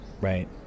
right